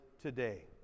today